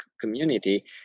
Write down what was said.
community